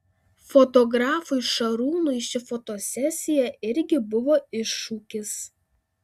fotografui šarūnui ši fotosesija irgi buvo iššūkis